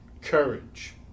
courage